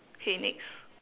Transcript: okay next